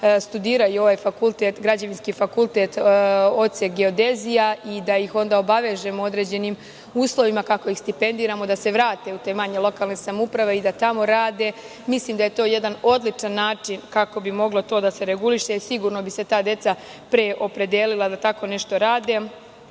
studiraju građevinski fakultet, odsek geodezija, da ih onda obavežemo određenim uslovima, ako iz stipendiramo da se vrate u te manje lokalne samouprave i da tamo rade. Mislim da je to jedan odličan način kako bi to moglo da se reguliše, sigurno bi se ta deca pre opredelila da tako nešto rade. Tako